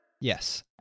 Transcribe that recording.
Yes